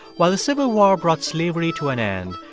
while the civil war brought slavery to an end,